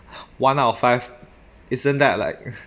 one out of five isn't that like